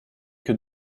que